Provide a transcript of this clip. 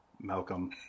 Malcolm